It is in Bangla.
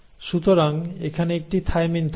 সুতরাং এখানে একটি থাইমিন থাকবে